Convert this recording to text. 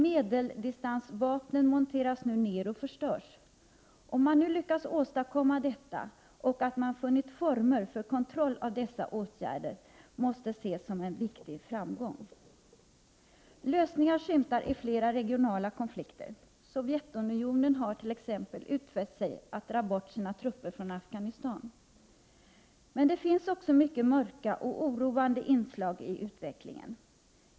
Medeldistansvapnen monteras nu ner och förstörs. Att man nu lyckats åstadkomma detta och att man funnit former för kontroll av dessa åtgärder, måste ses som en viktig framgång. Lösningar skymtar i flera regionala konflikter. Sovjetunionen har utfäst sig att dra bort sina trupper från Afghanistan. Men det finns också mycket mörka och oroande inslag i utvecklingen.